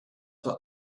what